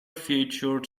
featured